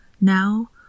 Now